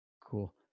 Cool